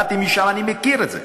באתי משם, אני מכיר את זה.